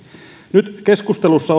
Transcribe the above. nyt keskustelussa